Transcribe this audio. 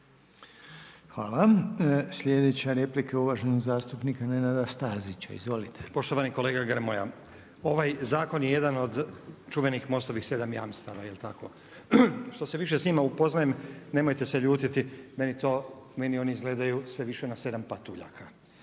Hvala. Sljedeća replika je uvaženog zastupnika Nenada Stazića. Izvolite. **Stazić, Nenad (SDP)** Poštovani kolega Grmoja, ovaj zakon je jedan od čuvenih MOST-ovih 7 jamstava. Jel' tako? Što se više s njima upoznajem nemojte se ljutiti meni to, meni oni izgledaju sve više na 7 patuljaka.